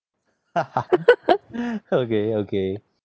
okay okay